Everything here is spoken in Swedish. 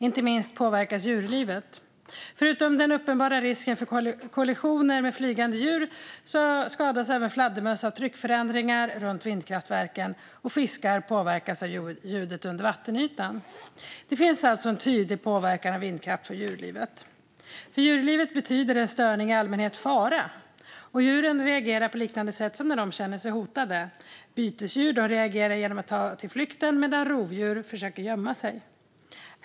Inte minst påverkas djurlivet. Förutom den uppenbara risken för kollisioner med flygande djur skadas även fladdermöss av tryckförändringar runt vindkraftverken, och fiskar påverkas av ljudet under vattenytan. Det finns alltså en tydlig påverkan på djurlivet av vindkraften. För djurlivet betyder en störning i allmänhet fara, och djuren reagerar på liknande sätt som när de känner sig hotade: Bytesdjur reagerar genom att ta till flykten medan rovdjur försöker gömma sig.